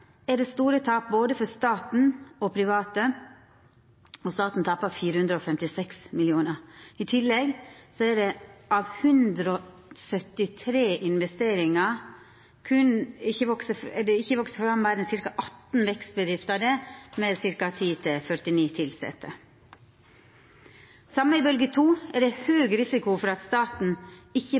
er det store tap for både staten og private, og staten tapar 456 mill. kr. I tillegg har det av 173 investeringar ikkje vakse fram meir enn ca. 18 vekstbedrifter med 10–49 tilsette. Likeins er det i bølgje 2 høg risiko for at staten ikkje